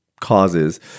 causes